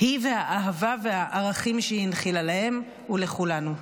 היא והאהבה והערכים שהיא הנחילה להם ולכולנו.